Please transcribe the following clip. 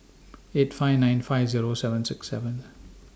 eight five nine five Zero seven six seven